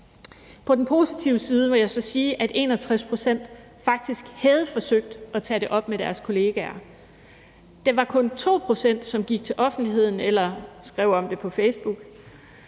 På den positive side må jeg så sige, at 61 pct. faktisk havde forsøgt at tage det op med deres kollegaer. Det var kun 2 pct., som gik til offentligheden eller skrev om det på Facebook.